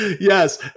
Yes